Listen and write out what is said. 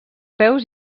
peus